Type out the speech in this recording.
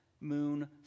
moon